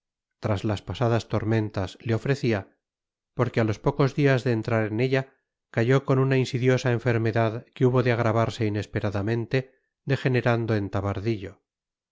tras las pasadas tormentas le ofrecía porque a los pocos días de entrar en ella cayó con una insidiosa enfermedad que hubo de agravarse inesperadamente degenerando en tabardillo